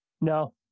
No